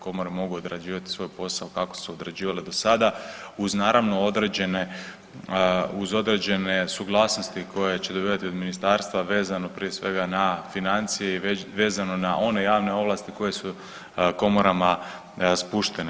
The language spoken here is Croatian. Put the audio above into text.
Komore mogu odrađivati svoj posao kako su odrađivale do sada uz naravno određene, uz određene suglasnosti koje će dobivati od ministarstva vezano prije svega na financije i vezano na one javne ovlasti koje su komorama spuštene.